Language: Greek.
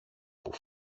που